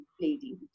lady